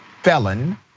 felon